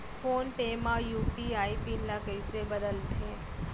Phone पे म UPI PIN ल कइसे बदलथे?